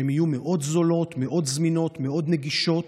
שיהיו מאוד זולות, מאוד זמינות, מאוד נגישות.